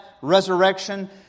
resurrection